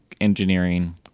engineering